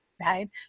right